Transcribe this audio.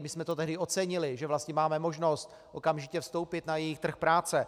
My jsme to tehdy ocenili, že vlastně máme možnost okamžitě vstoupit na její trh práce.